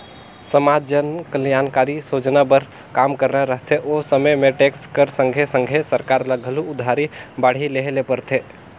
समाज जनकलयानकारी सोजना बर काम करना रहथे ओ समे में टेक्स कर संघे संघे सरकार ल घलो उधारी बाड़ही लेहे ले परथे